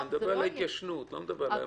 אני מדבר על ההתיישנות, אני לא מדבר על המחיקה.